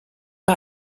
bei